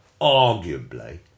arguably